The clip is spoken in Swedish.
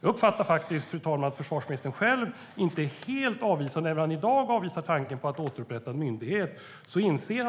Jag uppfattar att försvarsministern, även om han i dag avvisar tanken på att återupprätta en myndighet och inser